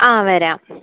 ആ വരാം